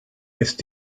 ist